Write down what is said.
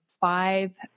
five